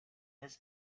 his